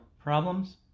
problems